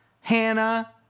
Hannah